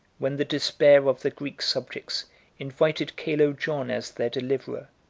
when the despair of the greek subjects invited calo-john as their deliverer,